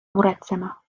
muretsema